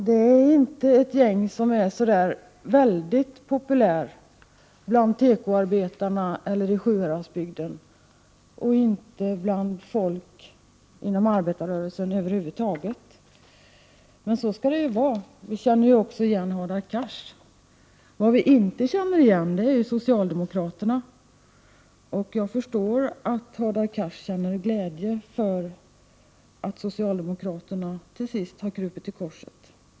Det är inte ett gäng som är så där väldigt populärt i Sjuhäradsbygden, bland tekoarbetarna eller bland folk inom arbetarrörelsen över huvud taget. Men så skall det ju vara — vi känner ju igen Hadar Cars. Vad vi inte känner igen är socialdemokraterna. Jag förstår att Hadar Cars känner glädje för att socialdemokraterna till sist har krupit till korset.